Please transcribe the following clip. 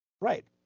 Right